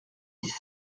dix